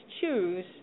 choose